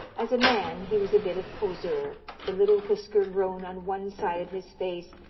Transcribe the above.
as a man he was a bit of poseur the little whisker grown on one side of his face,